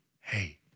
hey